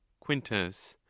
quintus.